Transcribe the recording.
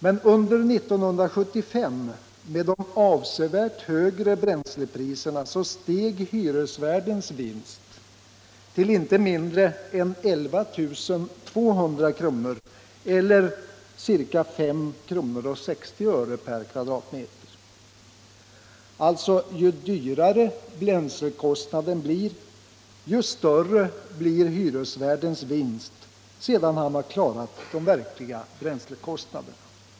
Men under 1975, med de avsevärt högre bräns Om åtgärder mot oskäliga bränslekostnader i privatägda flerfamiljshus oskäliga bränslekostnader i privatägda flerfamiljshus lepriserna, steg hyresvärdens vinst till inte mindre än 11 200 kr. eller ca 5:60 kr./m". Ju högre bränslekostnaden blir, desto större blir alltså hyresvärdens vinst sedan han har klarat de verkliga bränslekostnaderna.